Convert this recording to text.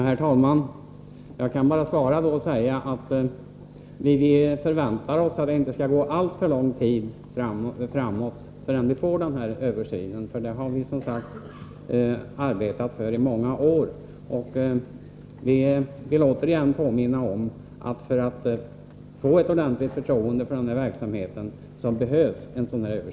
Herr talman! Jag kan bara säga att vi förväntar oss att det inte skall gå alltför lång tid innan vi får den begärda översynen. Den har vi, som sagt, arbetat för i många år. Jag vill återigen påminna om att det behövs en sådan översyn för att folket skall få ett ordentligt förtroende för säkerhetspolisens verksamhet.